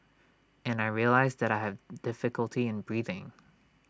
and I realised that I had difficulty in breathing